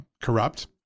corrupt